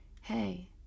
Hey